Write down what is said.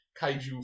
kaiju